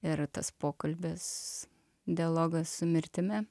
yra tas pokalbis dialogas su mirtimi